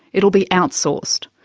it'll be outsourced.